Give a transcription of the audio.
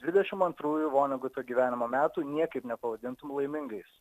dvidešim antrųjų voneguto gyvenimo metų niekaip nepavadintum laimingais